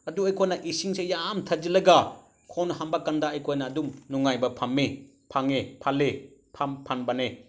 ꯑꯗꯨ ꯑꯩꯈꯣꯏꯅ ꯏꯁꯤꯡꯁꯦ ꯌꯥꯝ ꯊꯛꯆꯤꯜꯂꯒ ꯈꯣꯡ ꯍꯥꯝꯕ ꯀꯥꯟꯗ ꯑꯩꯈꯣꯏꯅ ꯑꯗꯨꯝ ꯅꯨꯡꯉꯥꯏꯕ ꯐꯪꯉꯤ ꯐꯪꯕꯅꯦ